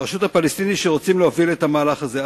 ברשות הפלסטינית שרוצים להפעיל את המהלך הזה.